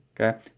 Okay